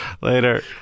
Later